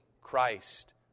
...Christ